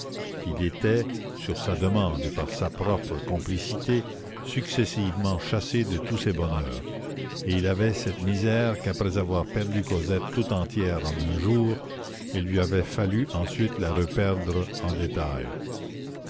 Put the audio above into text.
il était sur sa demande et par sa propre complicité successivement chassé de tous ses bonheurs et il avait cette misère qu'après avoir perdu cosette tout entière en un jour il lui avait fallu ensuite la reperdre en détail